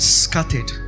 scattered